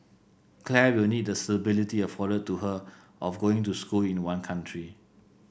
Claire will need the stability afforded to her of going to school in one country